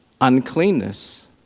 Uncleanness